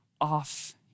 off